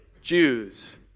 Jews